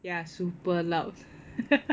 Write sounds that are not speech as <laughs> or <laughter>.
ya super loud <laughs>